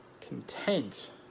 content